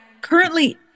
currently